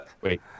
Wait